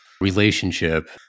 relationship